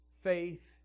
faith